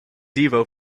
devo